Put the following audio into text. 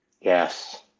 Yes